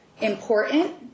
important